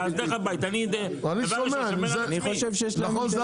נכון זו